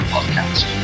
Podcast